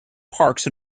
parks